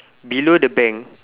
below the bank